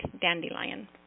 Dandelion